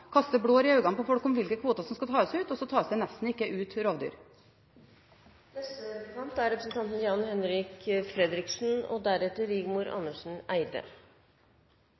blår i øynene på folk om hvilke kvoter som skal tas ut, og så tas det nesten ikke ut rovdyr. Verden har aldri vært slik at det er